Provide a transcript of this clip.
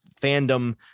fandom